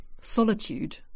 solitude